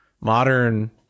Modern